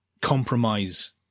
compromise